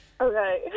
Okay